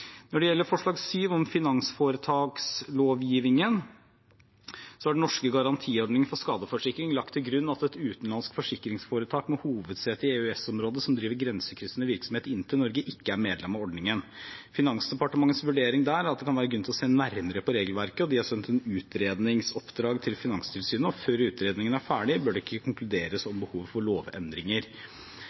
Når det gjelder forslag 7, om finansforetakslovgivningen, har den norske garantiordningen for skadeforsikring lagt til grunn at et utenlandsk forsikringsforetak med hovedsete i EØS-området som driver grensekryssende virksomhet inn til Norge, ikke er medlem av ordningen. Finansdepartementets vurdering er at det kan være grunn til å se nærmere på regelverket, og de har sendt et utredningsoppdrag til Finanstilsynet. Før utredningen er ferdig, bør det ikke konkluderes om behovet for lovendringer.